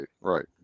right